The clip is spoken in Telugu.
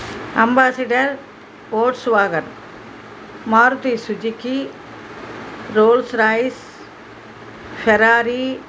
ambassador Volkswagen Maruti Suzuki Rolls Royce Ferrari